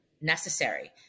necessary